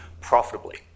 profitably